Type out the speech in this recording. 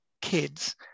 kids